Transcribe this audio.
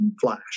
flash